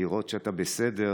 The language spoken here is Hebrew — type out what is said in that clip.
לראות שאתה בסדר